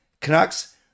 Canucks